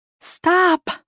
Stop